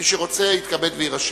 מי שרוצה, יתכבד ויירשם.